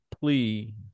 plea